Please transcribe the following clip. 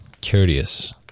curious